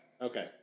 Okay